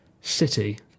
city